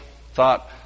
thought